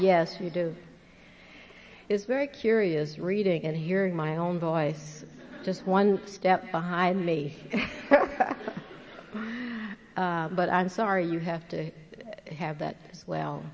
yes you do is very curious reading and hearing my own voice just one step behind me but i'm sorry you have to have that as well